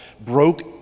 broke